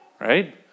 right